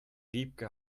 wiebke